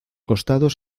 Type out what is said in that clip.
costados